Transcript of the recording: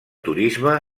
turisme